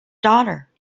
daughter